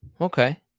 okay